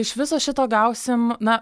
iš viso šito gausim na